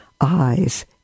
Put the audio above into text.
eyes